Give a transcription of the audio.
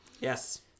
Yes